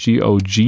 GOG